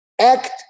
Act